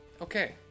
Okay